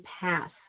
pass